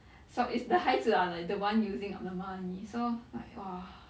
so it's the 孩子 are like the one using up the money so like !wah!